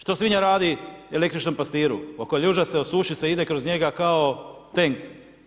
Što svinja radi električnom pastiru, okoljuža se, osuši se i ide kroz njega kao tenk.